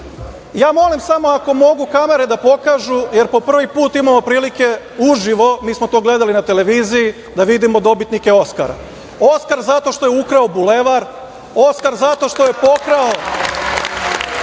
molim samo ako mogu kamere da pokažu, jer po prvi put imamo prilike uživo, mi smo to gledali na televiziji, da vidimo dobitnike Oskara - Oskar zato što je ukrao bulevar, Oskar zato što je pokrao